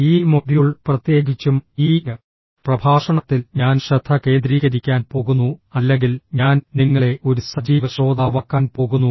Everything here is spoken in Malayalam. ഈ മൊഡ്യൂൾ പ്രത്യേകിച്ചും ഈ പ്രഭാഷണത്തിൽ ഞാൻ ശ്രദ്ധ കേന്ദ്രീകരിക്കാൻ പോകുന്നു അല്ലെങ്കിൽ ഞാൻ നിങ്ങളെ ഒരു സജീവ ശ്രോതാവാക്കാൻ പോകുന്നു